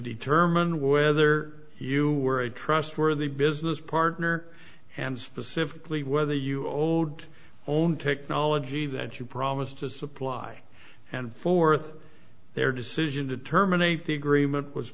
determine whether you were a trustworthy business partner and specifically whether you owed own technology that you promise to supply and forth their decision to terminate the agreement was